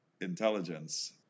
intelligence